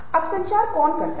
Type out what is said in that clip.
अब संचार कौन करता है